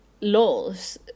laws